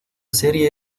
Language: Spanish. serie